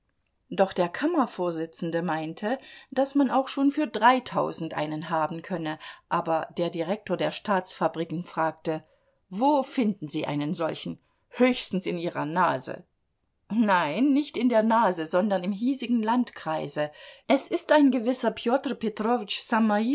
doch der kammervorsitzende meinte daß man auch schon für dreitausend einen haben könne aber der direktor der staatsfabriken fragte wo finden sie einen solchen höchstens in ihrer nase nein nicht in der nase sondern im hiesigen landkreise es ist ein gewisser pjotr